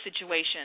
situation